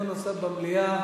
דיון נוסף במליאה.